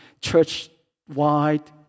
church-wide